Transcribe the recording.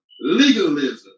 legalism